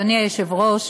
אדוני היושב-ראש,